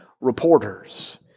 reporters